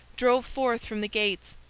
drove forth from the gates,